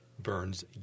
Burns